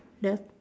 the